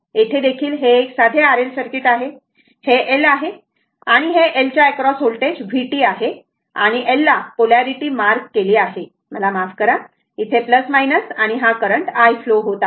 येथे देखील हे एक साधे RL सर्किट आहे हे L आहे आणि हे L च्या अक्रॉस व्होल्टेज vt आहे आणि L ला पोलॅरिटी मार्क केली आहे मला माफ करा आणि हा करंट i फ्लो होत आहे